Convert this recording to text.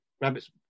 rabbits